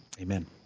amen